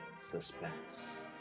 suspense